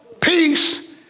peace